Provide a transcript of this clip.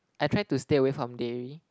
I try to stay away from dairy